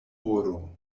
oro